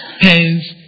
Hence